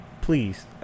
please